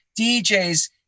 DJs